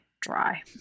dry